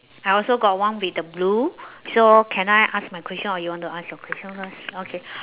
I also got one with the blue so can I ask my question or you want to ask your question first okay